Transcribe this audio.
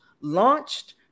launched